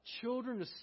children